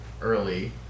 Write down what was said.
early